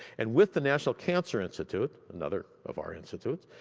and with the national cancer institute, another of our institutes,